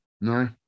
No